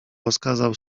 rozkazał